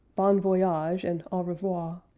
bon voyage and au revoir,